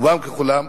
רובם ככולם,